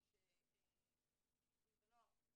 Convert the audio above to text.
אם זה ילדים ונוער,